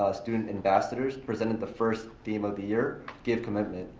ah student ambassadors presented the first theme of the year, give commitment,